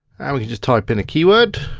we can just type in a keyword.